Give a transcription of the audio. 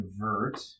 convert